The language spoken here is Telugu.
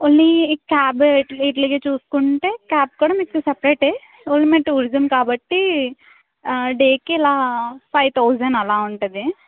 ఓన్లీ ఈ క్యాబ్ వీటికి చూసుకుంటే క్యాబ్ కూడా మీకు సెపరేటే ఓన్లీ మీరు టూరిజం కాబట్టి డేకి ఇలా ఫైవ్ థౌజండ్ అలా ఉంటుంది